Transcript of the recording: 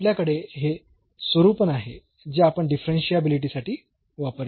तर आपल्याकडे हे स्वरूपन आहे जे आपण डिफरन्शियाबिलिटीसाठी वापरले आहे